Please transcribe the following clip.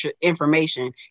information